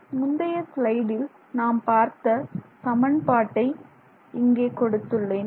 முந்தைய ஸ்லைடில் நாம் பார்த்த சமன்பாட்டை இங்கே கொடுத்துள்ளேன்